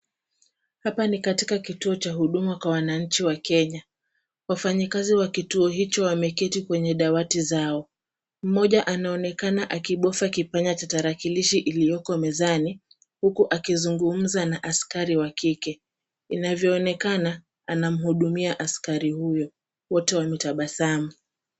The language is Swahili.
Hapa ni katika kituo cha huduma kwa wananchi wa Kenya. Wafanyikazi wa kituo hicho wameketi kwenye dawati zao. Mmoja anaonekana akibofya kipanya cha tarakilishi iliyoko mezani, huku akizungumza askari wa kike. Inavyoonekana anamhudumia askari huyo, wote wakitabasamu.